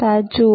7 જુઓ